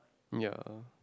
ya